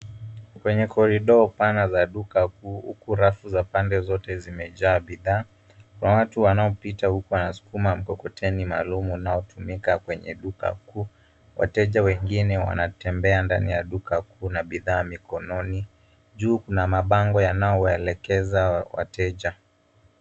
Kwenye korido pana za duka kuu huku rafu za pande zote zimejaa bidhaa na watu wanaopita huku wanaskuma mkokoteni maalum unaotumika kwenye duka kuu. Wateja wengine wanatembea ndani ya duka kuu na bidhaa mikononi. Juu kuna mabango yanayowaelekeza wateja.